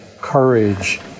courage